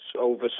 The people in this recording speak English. over